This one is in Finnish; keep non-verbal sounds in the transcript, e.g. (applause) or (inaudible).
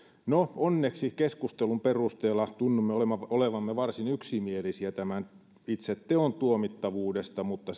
no onneksi keskustelun perusteella tunnumme olevan varsin yksimielisiä tämän itse teon tuomittavuudesta mutta (unintelligible)